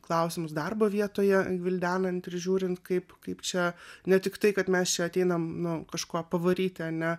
klausimus darbo vietoje gvildenant ir žiūrint kaip kaip čia ne tiktai kad mes čia ateinam nu kažkuo pavaryti ane